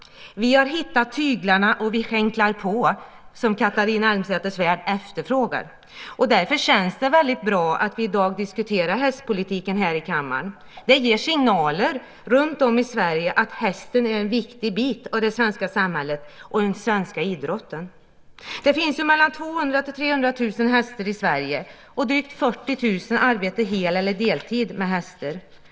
Vi har hittat tyglarna, och vi skänklar på, som Catharina Elmsäter-Svärd efterfrågar. Därför känns det väldigt bra att vi i dag diskuterar hästpolitiken här i kammaren. Det ger signaler runtom i Sverige att hästen är en viktig del av det svenska samhället och den svenska idrotten. Det finns 200 000-300 000 hästar i Sverige, och drygt 40 000 människor arbetar hel eller deltid med hästar.